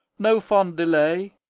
no fond delay,